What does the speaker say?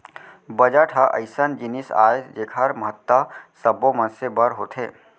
budget ह अइसन जिनिस आय जेखर महत्ता सब्बो मनसे बर होथे